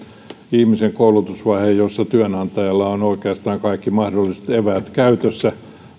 ihmisen viimeinen koulutusvaihe jossa työnantajalla on oikeastaan kaikki mahdolliset eväät käytössä